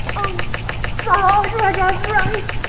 oh god! rudyard's right.